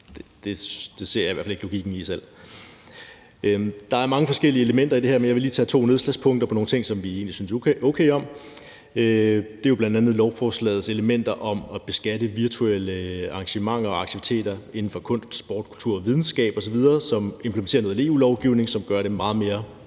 Det ser jeg i hvert fald ikke logikken i selv. Der er mange forskellige elementer i det her, men jeg vil lige tage to nedslagspunkter på nogle ting, som vi egentlig synes okay om. Det er bl.a. lovforslagets elementer om at beskatte virtuelle arrangementer og aktiviteter inden for kunst, sport, kultur, videnskab osv., som implementerer noget EU-lovgivning, som gør det meget mere